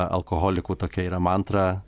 alkoholikų tokia yra mantra